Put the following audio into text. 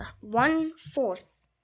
one-fourth